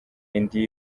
indi